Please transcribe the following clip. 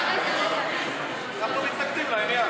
אנחנו מתנגדים לעניין.